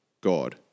God